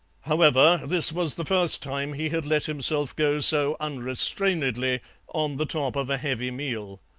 however, this was the first time he had let himself go so unrestrainedly on the top of a heavy meal.